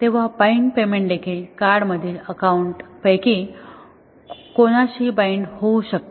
तेव्हा bind payment देखील कार्डमधील अकाउंट पैकी कोणत्याशीही बाइंड होऊ शकते